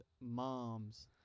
moms